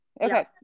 okay